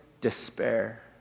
despair